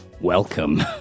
Welcome